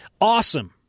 awesome